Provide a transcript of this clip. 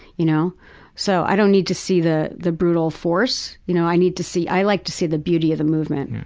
you know so i don't need to see the the brutal force, you know, i need to say, i like to see the beauty of the movement,